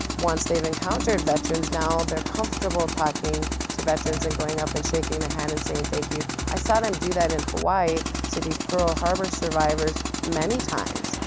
once they've encountered veterans now, they're comfortable talking to veterans and going up and shaking a hand and saying, thank you. i saw them do that in hawaii to these pearl harbor survivors many times.